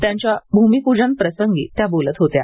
त्यांच्या भूमीपूजन प्रसंगी त्या बोलत होत्या